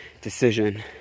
decision